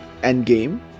Endgame